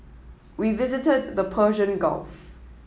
we visited the Persian Gulf